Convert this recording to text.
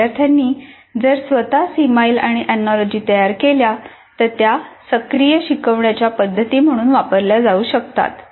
विद्यार्थ्यांनी जर स्वतः सीमाइल्स आणि एनोलॉजी तयार केल्या तर त्या सक्रिय शिकवण्याच्या पद्धती म्हणून वापरल्या जाऊ शकतात